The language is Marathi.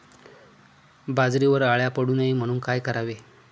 बाजरीवर अळ्या पडू नये म्हणून काय करावे?